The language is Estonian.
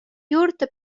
juurde